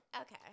Okay